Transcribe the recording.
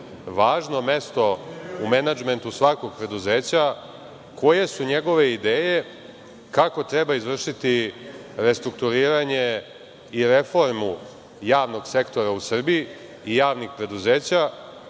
važno mesto u menadžmentu svakog preduzeća, koje su njegove ideje kako treba izvršiti restrukturiranje i reformu javnog sektora u Srbiji i javnih preduzeća,